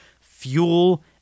fuel